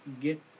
get